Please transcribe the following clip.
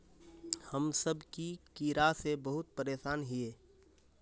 हम सब की कीड़ा से बहुत परेशान हिये?